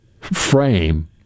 frame